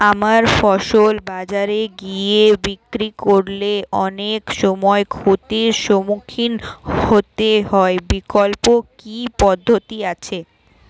আমার ফসল বাজারে গিয়ে বিক্রি করলে অনেক সময় ক্ষতির সম্মুখীন হতে হয় বিকল্প কি পদ্ধতি আছে?